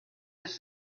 does